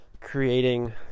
creating